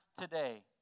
today